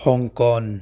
Hong Kong